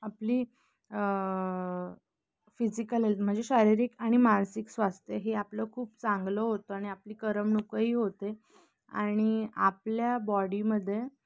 आपली physical health म्हणजे शारीरिक आणि मानसिक स्वास्थ्य हे आपलं खूप चांगलं होतं आणि आपली करमणुकही होते आणि आपल्या बॉडीमध्ये